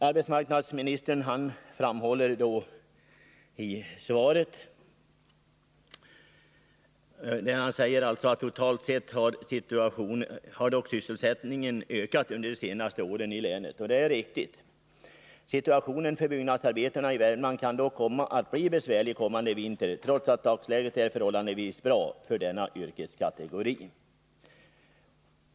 Arbetsmarknadsministern säger i svaret: ”Totalt sett har dock sysselsättningen i länet ökat under de senaste åren”. Det är riktigt. Han säger vidare: ”Situationen för byggnadsarbetarna i Värmland kan emellertid bli besvärlig kommande vinter, trots att dagsläget är förhållandevis bra för denna yrkeskategori.